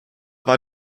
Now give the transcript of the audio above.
war